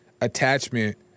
attachment